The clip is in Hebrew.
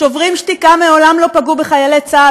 שוברים שתיקה מעולם לא פגעו בחיילי צה"ל,